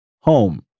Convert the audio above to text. home